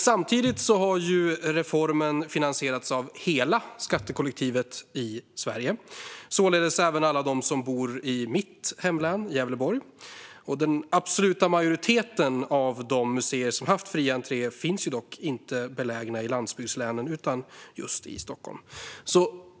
Samtidigt har reformen finansierats av hela skattekollektivet i Sverige, således även av alla som bor i mitt hemlän Gävleborg. Den absoluta majoriteten av de museer som har haft fri entré är dock inte belägna i landsbygdslänen utan i Stockholm.